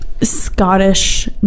Scottish